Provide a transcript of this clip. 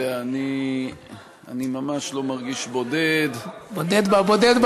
ואני ממש לא מרגיש בודד, בודד, או בודד, ?